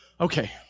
okay